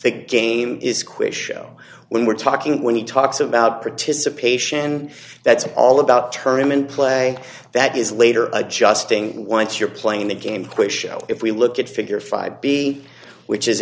the game is quiz show when we're talking when he talks about participation and that's all about term in play that is later adjusting once you're playing the game quiz show if we look at figure five b which is